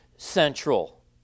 central